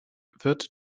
wird